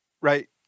right